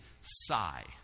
sigh